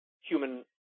human